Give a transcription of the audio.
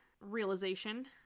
realization